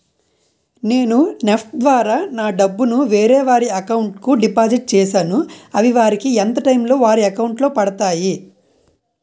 నేను నెఫ్ట్ ద్వారా నా డబ్బు ను వేరే వారి అకౌంట్ కు డిపాజిట్ చేశాను అవి వారికి ఎంత టైం లొ వారి అకౌంట్ లొ పడతాయి?